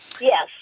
Yes